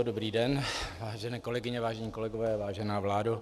Dobrý den, vážené kolegyně, vážení kolegové, vážená vládo.